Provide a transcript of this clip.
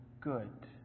good